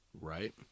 Right